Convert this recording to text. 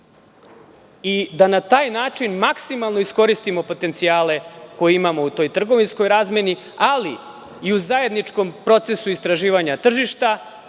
i da na taj način maksimalno iskoristimo potencijale koje imamo u toj trgovinskoj razmeni, ali i u zajedničkom procesu istraživanja tržišta,